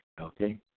okay